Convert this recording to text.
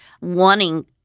wanting